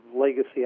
legacy